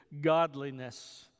godliness